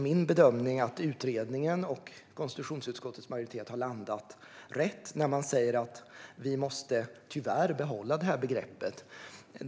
Min bedömning är att utredningen och konstitutionsutskottets majoritet har landat rätt när de säger att vi tyvärr måste behålla begreppet.